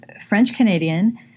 French-Canadian